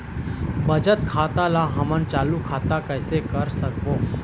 बचत खाता ला हमन चालू खाता कइसे कर सकबो?